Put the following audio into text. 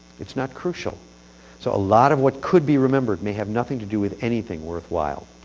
it's not crucial so a lot of what could be remembered may have nothing to do with anything worthwhile.